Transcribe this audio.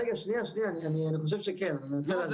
רגע שנייה אני חושב שכן --- לא,